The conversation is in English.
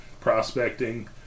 prospecting